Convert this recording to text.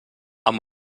amb